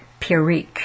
Pirik